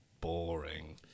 boring